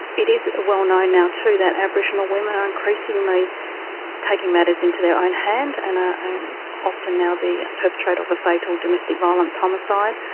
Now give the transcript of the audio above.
it is well known now too that aboriginal women are increasingly taking matters into their own hands and are um often now the perpetrator of a fatal domestic violence homicide.